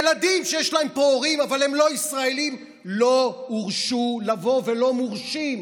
ילדים שיש להם פה הורים אבל הם לא ישראלים לא הורשו לבוא ולא מורשים.